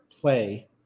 play